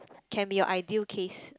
can be your ideal case